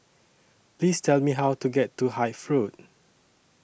Please Tell Me How to get to Hythe Road